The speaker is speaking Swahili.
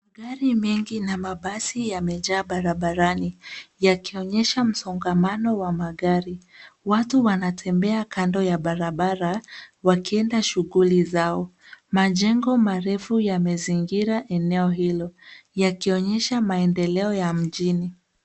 Magari mengi na mabasi yamejaa barabarani yakionyesha msongamano wa magari. Watu wanatembea kando ya barabara wakienda shughuli zao. Majengo marefu yamezingira eneo hilo yakionyesha maendeleo ya mjini.